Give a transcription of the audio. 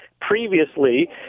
previously